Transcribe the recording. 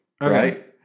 right